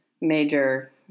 major –